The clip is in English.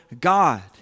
God